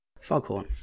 Foghorn